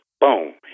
boom